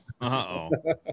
Uh-oh